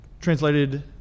translated